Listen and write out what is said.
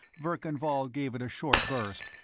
verkan vall gave it a short burst,